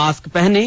mask पहनें